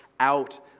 out